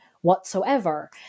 whatsoever